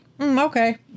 Okay